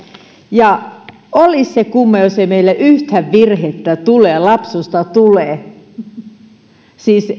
ja olisi se kumma jos ei meille yhtään virhettä tulisi lapsusta tulisi siis